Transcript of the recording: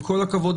עם כל הכבוד,